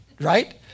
right